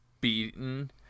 beaten